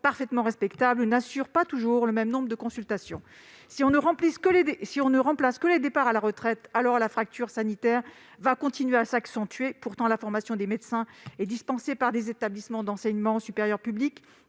parfaitement respectable, n'assurent pas toujours le même nombre de consultations. Si l'on ne remplace que les départs à la retraite, la fracture sanitaire va continuer à s'accentuer. La formation des médecins est dispensée par les établissements publics d'enseignement supérieur et